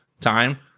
time